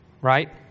right